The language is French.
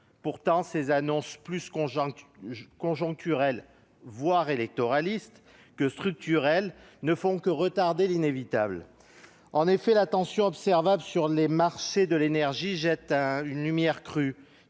Pourtant, ces annonces plus conjoncturelles, voire électoralistes, que structurelles ne font que retarder l'inévitable. En effet, la tension que l'on peut observer sur les marchés de l'énergie jette une lumière crue